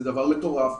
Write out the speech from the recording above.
זה דבר מטורף.